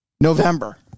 November